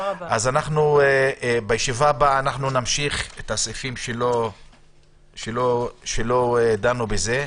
בישיבה הבאה נמשיך בסעיפים שלא דנו בהם,